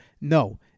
no